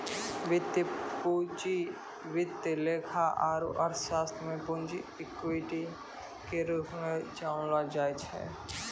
वित्तीय पूंजी वित्त लेखा आरू अर्थशास्त्र मे पूंजी इक्विटी के रूप मे जानलो जाय छै